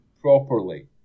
properly